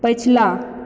पछिला